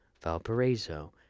Valparaiso